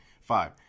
Five